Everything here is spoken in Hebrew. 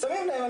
שמים לב,